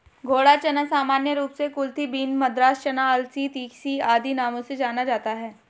घोड़ा चना सामान्य रूप से कुलथी बीन, मद्रास चना, अलसी, तीसी आदि नामों से जाना जाता है